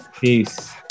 Peace